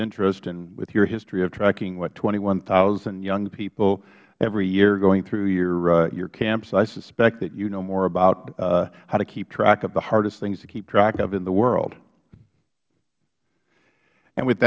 interest and with your history of tracking what twenty one thousand young people every year going through your camps i suspect that you know more about how to keep track of the hardest things to keep track of in the world